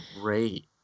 Great